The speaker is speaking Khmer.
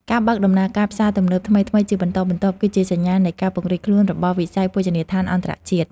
ការបើកដំណើរការផ្សារទំនើបថ្មីៗជាបន្តបន្ទាប់ គឺជាសញ្ញាណនៃការពង្រីកខ្លួនរបស់វិស័យភោជនីយដ្ឋានអន្តរជាតិ។